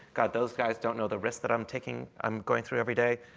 god, those guys don't know the risk that i'm taking i'm going through every day.